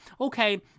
okay